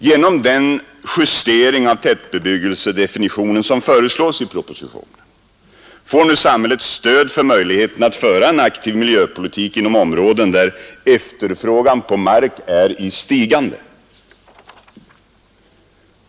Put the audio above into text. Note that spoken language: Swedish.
Genom den justering av tätbebyggelsedefinitionen som föreslås i propositionen får nu samhället stöd för möjligheterna att föra en aktiv miljöpolitik inom områden där efterfrågan på mark är i stigande.